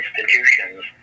institutions